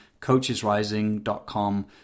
coachesrising.com